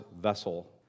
vessel